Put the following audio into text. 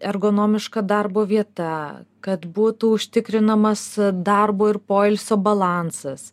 ergonomiška darbo vieta kad būtų užtikrinamas darbo ir poilsio balansas